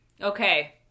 Okay